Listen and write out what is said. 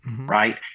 right